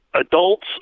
adults